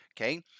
Okay